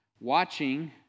watching